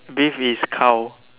beef is cow